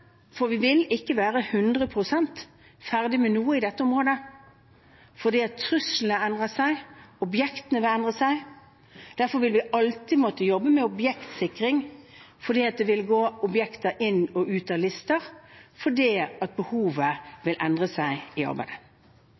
for vi vil ikke være 100 pst. ferdig med noe på dette området fordi truslene vil endre seg, objektene vil endre seg. Derfor vil vi alltid måtte jobbe med objektsikring, for det vil gå objekter inn og ut av lister når behovet endrer seg i arbeidet.